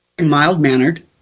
mild-mannered